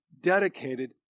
dedicated